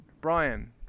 Brian